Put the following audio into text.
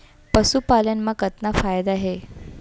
पशुपालन मा कतना फायदा हे?